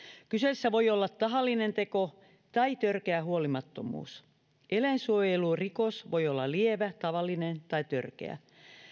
kyseessä voi olla tahallinen teko tai törkeä huolimattomuus eläinsuojelurikos voi olla lievä tavallinen tai törkeä